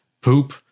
poop